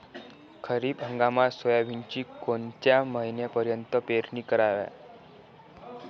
खरीप हंगामात सोयाबीनची कोनच्या महिन्यापर्यंत पेरनी कराव?